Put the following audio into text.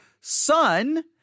son